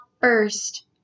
first